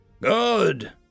Good